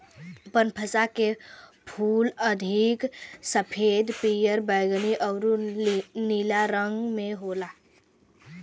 बनफशा के फूल अधिक सफ़ेद, पियर, बैगनी आउर नीला रंग में होला